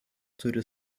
turi